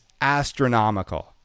astronomical